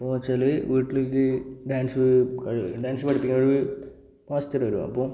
അപ്പോൾ വച്ചാൽ വീട്ടിലേക്ക് ഡാൻസ് ഡാൻസ് പഠിപ്പിക്കാനൊരു മാസ്റ്റർ വരും അപ്പോൾ